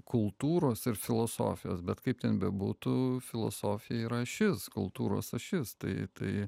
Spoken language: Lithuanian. kultūros ir filosofijos bet kaip ten bebūtų filosofija yra ašis kultūros ašis tai tai